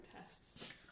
tests